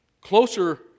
closer